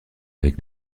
avec